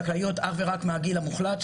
כרגע הן זכאיות אך ורק מהגיל המוחלט,